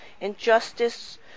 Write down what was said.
injustice